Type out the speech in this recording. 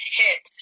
hit